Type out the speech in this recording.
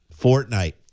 Fortnite